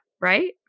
right